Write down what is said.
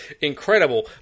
incredible